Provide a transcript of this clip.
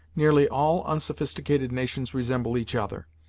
nearly all unsophisticated nations resemble each other,